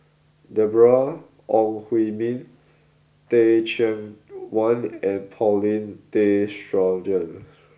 Deborah Ong Hui Min Teh Cheang Wan and Paulin Tay Straughan